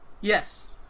Yes